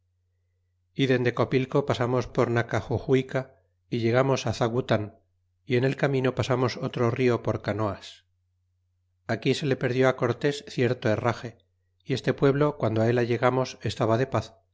y dende copilco pasamos por nacaxuxuica y llegamos á zagutan y en el camino pasamos otro rio por canoas aquí se le perdió cortés cierto herrage y este pueblo quando él allegamos estaba de paz